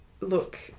look